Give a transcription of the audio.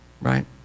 right